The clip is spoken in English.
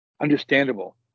understandable